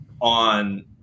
on